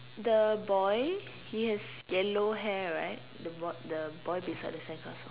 the boy he has yellow hair right the boy the boy beside the sandcastle